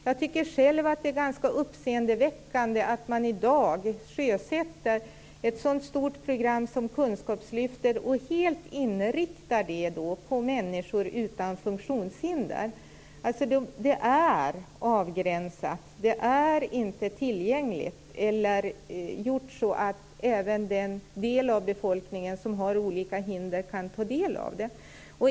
Jag tycker själv att det är ganska uppseendeväckande att man i dag sjösätter ett sådant stort program som kunskapslyftet och helt inriktar det på människor utan funktionshinder. Det är avgränsat. Det är inte tillgängligt eller gjort så att den del av befolkningen som har olika hinder kan ta del av det.